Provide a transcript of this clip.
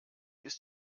ist